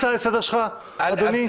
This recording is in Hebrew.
מה ההצעה לסדר שלך, אדוני?